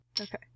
Okay